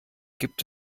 gibt